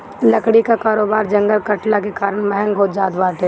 लकड़ी कअ कारोबार जंगल कटला के कारण महँग होत जात बाटे